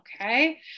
okay